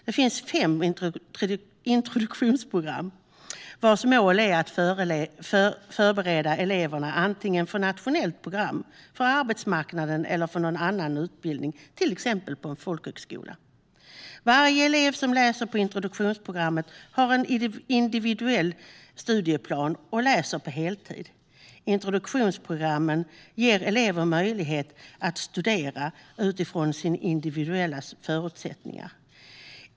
Det finns fem introduktionsprogram, vars mål är att förbereda eleverna antingen för nationellt program, för arbetsmarknaden eller för någon annan utbildning, till exempel på en folkhögskola. Varje elev som läser på introduktionsprogrammen har en individuell studieplan och läser på heltid. Introduktionsprogrammen ger eleverna möjlighet att studera utifrån sina individuella förutsättningar.